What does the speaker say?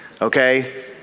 okay